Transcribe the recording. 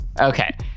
Okay